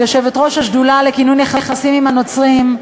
כיושבת-ראש השדולה לכינון יחסים עם הנוצרים,